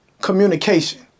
communication